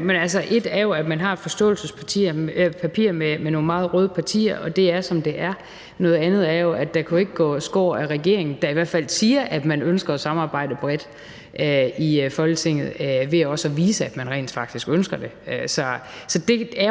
men ét er jo, at man har et forståelsespapir sammen med nogle meget røde partier, og det er, som det er. Noget andet er jo, at der ikke kan gå skår af regeringen, der i hvert fald siger, at man ønsker at samarbejde bredt i Folketinget, ved også at vise, at man rent faktisk ønsker det. Så det